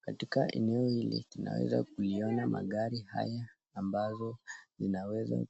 Katika eneo hili, tunaweza kuiona magari haya, ambayo unaweza